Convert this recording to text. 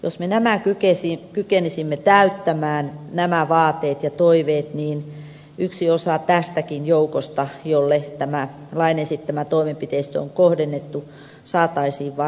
jos me nämä vaateet ja toiveet kykenisimme täyttämään niin yksi osa tästäkin joukosta jolle tämä lain esittämä toimenpiteistö on kohdennettu saataisiin varmasti eliminoitua